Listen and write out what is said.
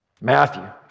Matthew